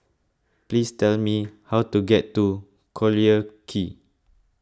please tell me how to get to Collyer Quay